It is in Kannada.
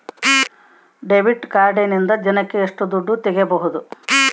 ಡೆಬಿಟ್ ಕಾರ್ಡಿನಿಂದ ದಿನಕ್ಕ ಎಷ್ಟು ದುಡ್ಡು ತಗಿಬಹುದು?